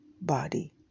body